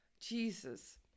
Jesus